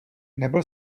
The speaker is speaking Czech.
nebyl